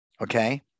okay